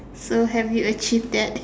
so have you achieve that